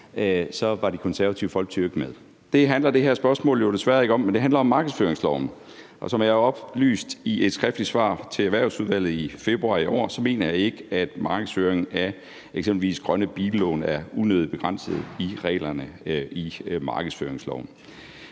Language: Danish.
var Det Konservative Folkeparti jo ikke med. Det handler det her spørgsmål jo desværre ikke om, men det handler om markedsføringsloven, og som jeg også har oplyst i et skriftligt svar til Erhvervsudvalget i februar i år, mener jeg ikke, at markedsføringen af eksempelvis grønne billån er unødigt begrænset i reglerne i markedsføringsloven.